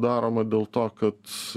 daroma dėl to kad